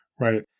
Right